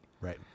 Right